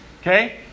Okay